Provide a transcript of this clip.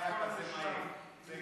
לא היה כזה מהיר.